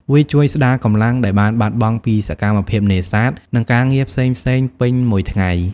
វាជួយស្តារកម្លាំងដែលបានបាត់បង់ពីសកម្មភាពនេសាទនិងការងារផ្សេងៗពេញមួយថ្ងៃ។